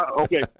Okay